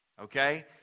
Okay